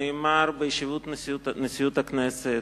נאמר בישיבות נשיאות הכנסת,